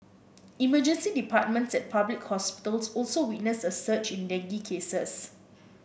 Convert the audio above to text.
emergency departments at public hospitals also witnessed a surge in dengue cases